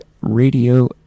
Radio